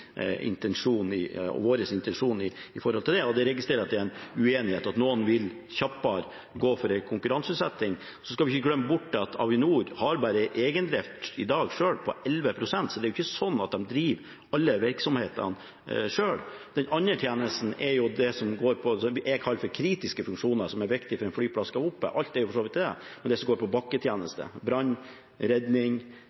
vår – intensjon knyttet til det. Jeg registrerer at det er en uenighet, at noen vil gå for en konkurranseutsetting kjappere. Så skal vi ikke glemme at Avinor har en egendrift i dag på bare 11 pst. – det er ikke slik at de driver alle virksomhetene selv. Den andre tjenesten er det som jeg kaller for kritiske funksjoner, som er viktig for at en flyplass skal være operativ. Alt er for så vidt det, men det som går på